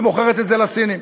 ומוכרת את זה לסינים.